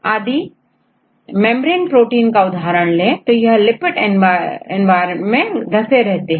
यहां मैं globular protein के लिए एक उदाहरण लेता हूं यह फाइबर प्रोटीन के लिए उदाहरण है इसमें लंबी चेन देख सकते हैं